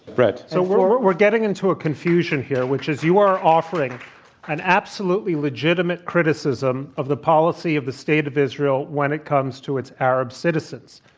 bret? so and we're getting into a confusion here, which is you are offering an absolutely legitimate criticism of the policy of the state of israel when it comes to its arab citizens.